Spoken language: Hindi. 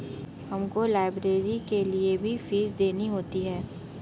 हमको लाइब्रेरी के लिए भी फीस देनी होती है